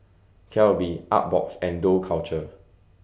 Calbee Artbox and Dough Culture